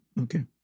Okay